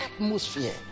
atmosphere